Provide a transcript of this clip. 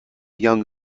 young